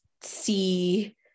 see